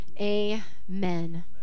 Amen